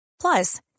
Plus